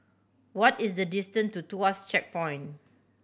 what is the distant to Tuas Checkpoint